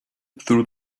through